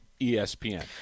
ESPN